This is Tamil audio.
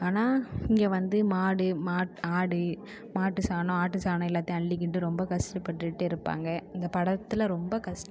ஆனால் இங்கே வந்து மாடு ஆடு மாட்டுசாணம் ஆட்டுசாணம் எல்லாத்தையும் அள்ளிகிட்டு ரொம்ப கஷ்டபட்டுகிட்டு இருப்பாங்க இந்த படத்தில் ரொம்ப